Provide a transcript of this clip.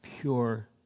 pure